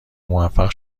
موفق